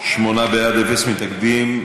שמונה בעד, אפס מתנגדים.